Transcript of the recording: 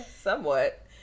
somewhat